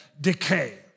decay